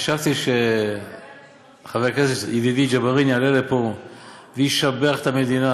חשבתי שחבר הכנסת ידידי ג'בארין יעלה לפה וישבח את המדינה